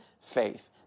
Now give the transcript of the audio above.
faith